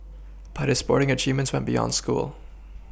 but his sporting achievements went beyond school